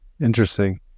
Interesting